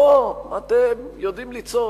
פה אתם יודעים לצעוק.